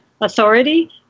authority